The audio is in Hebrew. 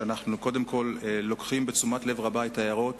שאנחנו קודם כול לוקחים בתשומת לב רבה את ההערות,